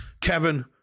kevin